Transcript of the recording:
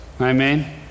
Amen